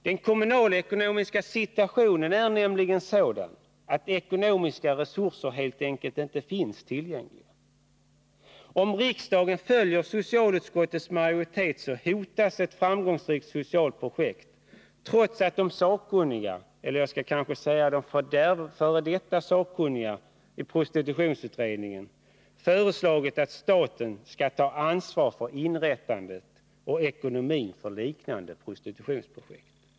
Den kommunalekonomiska situationen är nämligen sådan att ekonomiska resurser helt enkelt inte finns tillgängliga. Om riksdagen följer socialutskottets majoritet, hotas ett framgångsrikt socialt projekt, trots att de sakkunniga, eller jag skall kanske säga f. d. sakkunniga, i prostitutionsutredningen har föreslagit att staten skall ta ansvar för inrättandet av och ekonomin för liknande prostitutionsprojekt.